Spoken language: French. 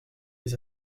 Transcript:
les